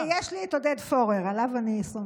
הינה, יש לי את עודד פורר, עליו אני סומכת.